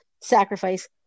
sacrifice